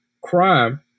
crime